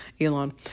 Elon